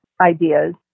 ideas